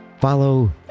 follow